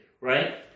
right